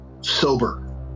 sober